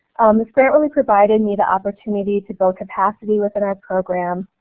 this grant really provided me the opportunity to build capacity within our program,